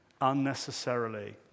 unnecessarily